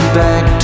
back